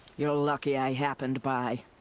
you're lucky i happened by.